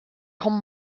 comme